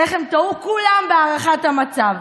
איך הם טעו כולם בהערכת המצב,